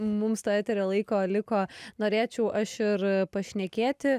mums to eterio laiko liko norėčiau aš ir pašnekėti